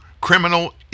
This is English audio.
criminal